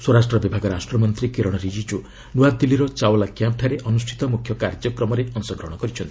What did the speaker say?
ସ୍ୱରାଷ୍ଟ୍ର ବିଭାଗ ରାଷ୍ଟ୍ରମନ୍ତ୍ରୀ କିରଣ ରିଜିଜ୍ଞ ନ୍ତଆଦିଲ୍ଲୀର ଚାଓ୍ବଲା କ୍ୟାମ୍ପ୍ଠାରେ ଅନ୍ତଷ୍ଠିତ ମ୍ରଖ୍ୟ କାର୍ଯ୍ୟକ୍ରମରେ ଅଂଶଗ୍ରହଣ କରିଛନ୍ତି